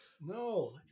no